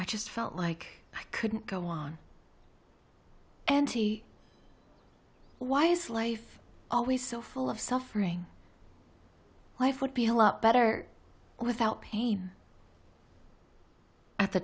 i just felt like i couldn't go on empty why is life always so full of suffering life would be a lot better without pain at the